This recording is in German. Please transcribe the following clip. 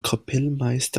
kapellmeister